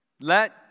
Let